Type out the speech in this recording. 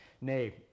nay